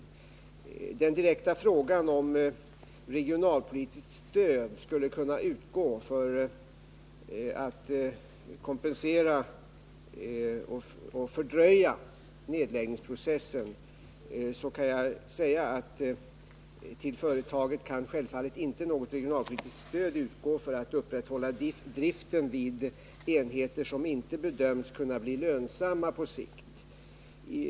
På den direkta frågan om regionalpolitiskt stöd skulle kunna utgå som en kompensation samt för att fördröja nedläggningsprocessen kan jag svara att till företaget kan självfallet inte något regionalpolitiskt stvd utgå för att upprätthålla driften vid enheter som på sikt inte bedöms kunna bli lönsamma.